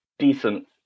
decent